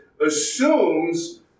assumes